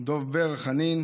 דב בער חנין,